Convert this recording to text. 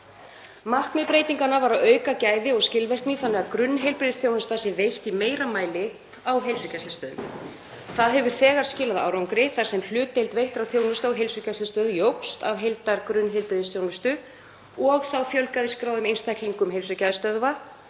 Markmið breytinganna var að auka gæði og skilvirkni þannig að grunnheilbrigðisþjónusta væri veitt í meira mæli á heilsugæslustöðvum og það hefur þegar skilað árangri þar sem hlutdeild veittrar þjónustu á heilsugæslustöð jókst í heildargrunnheilbrigðisþjónustu og þá fjölgaði skráðum einstaklingum heilsugæslustöðva